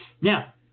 Now